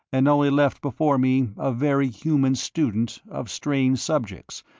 and only left before me a very human student of strange subjects,